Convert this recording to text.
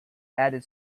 added